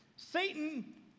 Satan